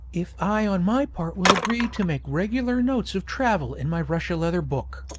if i on my part will agree to make regular notes of travel in my russia-leather book.